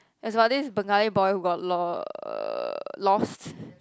it's about this Bengali boy who got lo~ lost